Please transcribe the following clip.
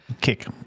kick